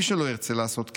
מי שלא ירצה לעשות כן,